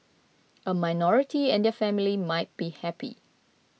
a minority and their family might be happy